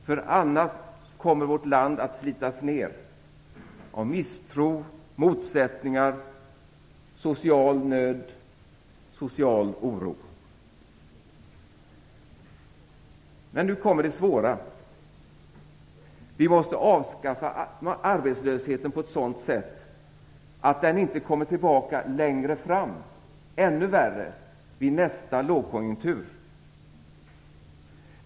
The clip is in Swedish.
Om vi inte gör det kommer vårt land att slitas ner av misstro, motsättningar, social nöd och social oro. Men nu kommer det svåra: Vi måste avskaffa arbetslösheten på ett sådant sätt att den inte kommer tillbaka längre fram, ännu värre, i nästa lågkonjunktur.